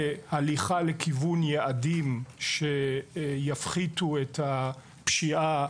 והליכה לכיוון יעדים שיפחיתו את הפשיעה,